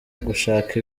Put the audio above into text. gushaka